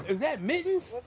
is that mittens?